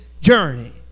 journey